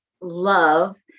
love